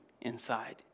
inside